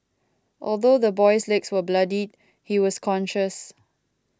although the boy's legs were bloodied he was conscious